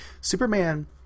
Superman